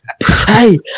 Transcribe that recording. Hey